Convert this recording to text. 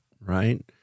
right